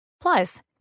Plus